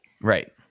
right